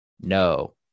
no